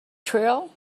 trill